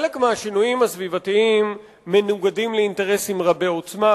חלק מהשינויים הסביבתיים מנוגדים לאינטרסים רבי-עוצמה,